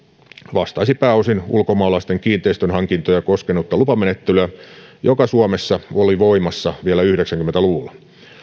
vastaisi pääosin ulkomaalaisten kiinteistönhankintoja koskenutta lupamenettelyä joka suomessa oli voimassa vielä yhdeksänkymmentä luvulla